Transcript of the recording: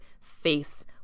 face